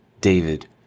David